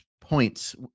points